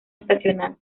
estacional